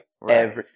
Right